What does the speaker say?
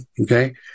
okay